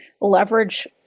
leverage